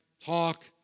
talk